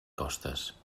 costes